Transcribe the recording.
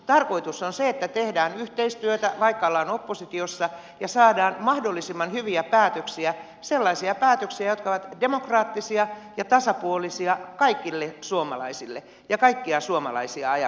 tarkoitus on se että tehdään yhteistyötä vaikka ollaan oppositiossa ja saadaan mahdollisimman hyviä päätöksiä sellaisia päätöksiä jotka ovat demokraattisia ja tasapuolisia kaikille suomalaisille ja kaikkia suomalaisia ajatellen ja katsoen